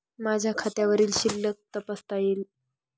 माझ्या खात्यावरील शिल्लक कशी तपासता येईल?